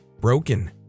broken